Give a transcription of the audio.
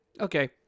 okay